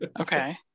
Okay